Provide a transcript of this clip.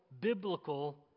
biblical